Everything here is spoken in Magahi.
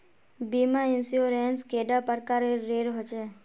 बीमा इंश्योरेंस कैडा प्रकारेर रेर होचे